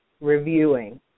Reviewing